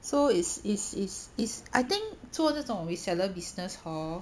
so it's it's it's it's I think 做这种 reseller business hor